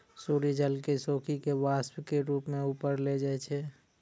सूर्य जल क सोखी कॅ वाष्प के रूप म ऊपर ले जाय छै